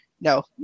no